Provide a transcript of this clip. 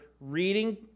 reading